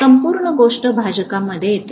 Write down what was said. संपूर्ण गोष्ट भाजकमध्ये येते